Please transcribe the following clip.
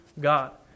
God